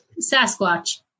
Sasquatch